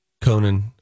Conan